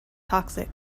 toxic